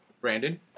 Brandon